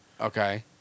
Okay